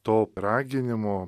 to raginimo